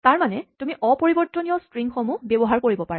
তাৰমানে তুমি অপৰিবৰ্তনীয় ষ্ট্ৰিঙসমূহ ব্যৱহাৰ কৰিব পাৰা